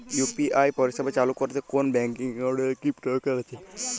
UPI পরিষেবা চালু করতে কোন ব্যকিং একাউন্ট এর কি দরকার আছে?